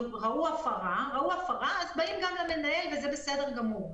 ראו הפרה, באים גם למנהל, שזה בסדר גמור.